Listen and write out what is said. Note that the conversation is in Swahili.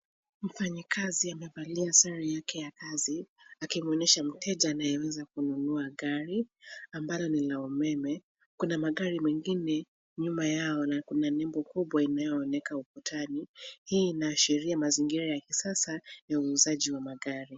Mfanyikazi amevalia sare yake ya kazi, akimuonyesha mteja anayeweza kununua gari ,ambalo ni la umeme. Kuna magari mengine nyuma yao na kuna nembo kubwa inayoonekana ukutani. Hii inaashiria mazingira ya kisasa ya uuzaji wa magari.